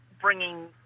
bringing